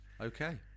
Okay